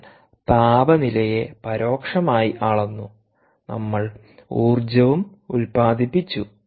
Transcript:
നമ്മൾ താപനിലയെ പരോക്ഷമായി അളന്നു നമ്മൾ ഊർജ്ജവും ഉൽപാദിപ്പിച്ചു